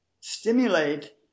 stimulate